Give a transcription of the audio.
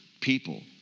people